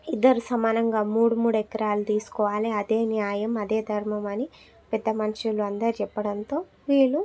ఇద్దరు సమానంగా మూడు మూడు ఎకరాలు తీసుకోవాలి అదే న్యాయం అదే ధర్మం అని పెద్దమనుషులు అందరూ చెప్పడంతో వీళ్ళు